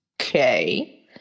okay